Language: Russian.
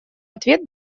ответ